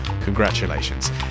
Congratulations